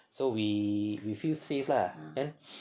so we we feel safe ah then